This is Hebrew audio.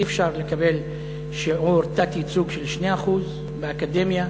אי-אפשר לקבל שיעור תת-ייצוג של 2% באקדמיה,